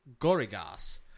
Gorigas